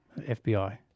FBI